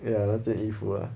ya 那件衣服 lah